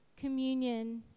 communion